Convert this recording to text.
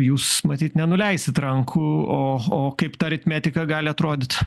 jūs matyt nenuleisit rankų o o kaip ta aritmetika gali atrodyt